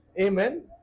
Amen